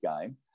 game